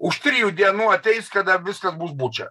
už trijų dienų ateis kada viskas bus buča